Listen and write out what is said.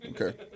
Okay